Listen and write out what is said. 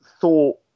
thought